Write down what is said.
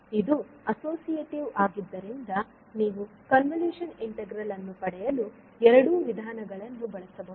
ಇದು ಅಸೋಸಿಯೇಟಿವ್ ಆಗಿದ್ದರಿಂದ ನೀವು ಕನ್ವಲೂಶನ್ ಇಂಟಿಗ್ರಲ್ ಅನ್ನು ಪಡೆಯಲು ಎರಡೂ ವಿಧಾನಗಳನ್ನು ಬಳಸಬಹುದು